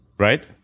Right